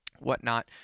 whatnot